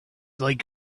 like